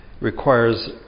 Requires